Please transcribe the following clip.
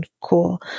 cool